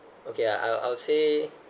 okay I'll I'll say